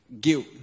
Guilt